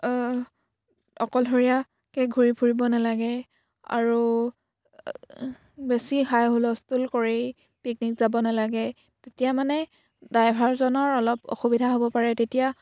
অকলশৰীয়াকৈ ঘূৰি ফুৰিব নালাগে আৰু বেছি হাই হুলস্থুল কৰি পিকনিক যাব নালাগে তেতিয়া মানে ড্ৰাইভাৰজনৰ অলপ অসুবিধা হ'ব পাৰে তেতিয়া